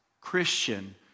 Christian